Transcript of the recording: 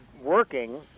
working